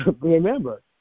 remember